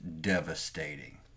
devastating